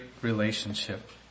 relationship